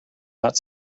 not